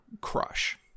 crush